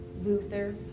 Luther